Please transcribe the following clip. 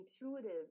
intuitive